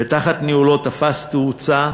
ותחת ניהולו תפס תאוצה,